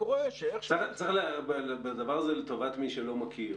צריך לומר לטובת מי שלא מכיר.